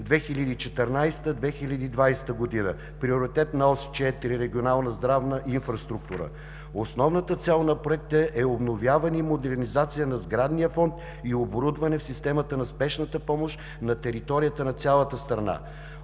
(2014 – 2020 г.), Приоритетна ос 4 „Регионална здравна инфраструктура“. Основната цел на проекта е обновяване и модернизация на сградния фонд и оборудване в системата на спешната помощ на територията на цялата страна.